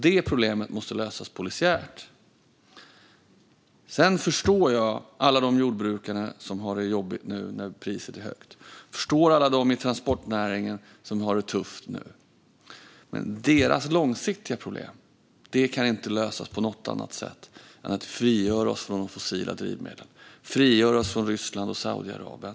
Detta problem måste lösas polisiärt. Sedan förstår jag alla de jordbrukare som har det jobbigt nu när priset är högt. Jag förstår alla dem i transportnäringen som har det tufft nu. Men deras långsiktiga problem kan inte lösas på något annat sätt än att vi frigör oss från de fossila drivmedlen - att vi frigör oss från Ryssland och Saudiarabien.